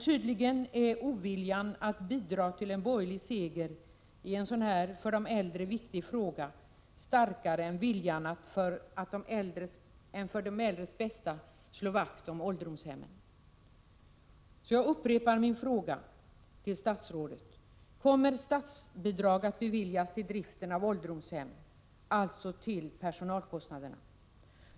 Tydligen är oviljan att bidra till en borgerlig seger i en sådan här för de äldre viktig fråga starkare än viljan att för de äldres bästa slå vakt om ålderdomshemmen. Jag upprepar min fråga till statsrådet: Kommer statsbidrag att beviljas till driften av ålderdomshem, alltså till personalkostnaderna?